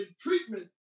treatment